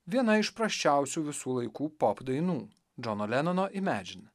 viena iš prasčiausių visų laikų pop dainų džono lenono imedžin